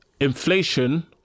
inflation